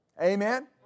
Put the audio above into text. Amen